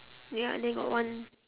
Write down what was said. ya there got one